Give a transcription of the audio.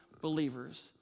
believers